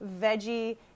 veggie